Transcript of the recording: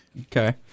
Okay